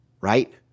right